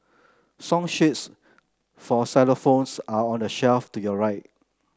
song sheets for xylophones are on the shelf to your right